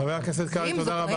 חבר הכנסת קרעי, תודה רבה.